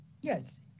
Yes